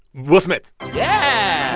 will smith yeah